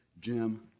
Jim